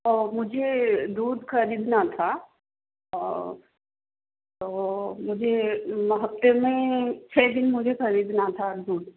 तो मुझे दूध खरीदना था और तो मुझे हफ्ते में छः दिन मुझे खरीदना था दूध